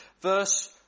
Verse